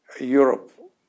Europe